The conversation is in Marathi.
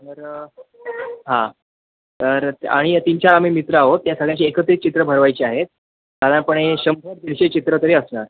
तर हां तर आणि तीन चार आम्ही मित्र आहोत त्या सगळ्यांची एकत्रीत चित्र भरवायची आहेत साधारणपणे शंभर दीडशे चित्रं तरी असणार